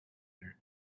their